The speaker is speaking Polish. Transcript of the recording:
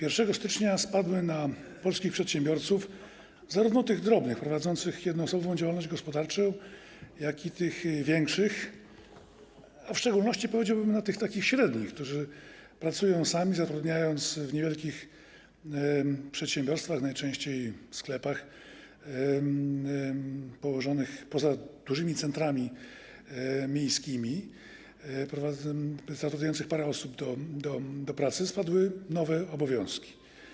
1 stycznia na polskich przedsiębiorców - zarówno tych drobnych, prowadzących jednoosobową działalność gospodarczą, jak i tych większych, a w szczególności, powiedziałbym, na tych średnich, którzy pracują sami, zatrudniając w niewielkich przedsiębiorstwach, najczęściej sklepach położonych poza dużymi centrami miejskimi, parę osób do pracy - spadły nowe obowiązki.